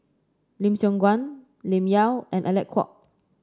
Lim Siong Guan Lim Yau and Alec Kuok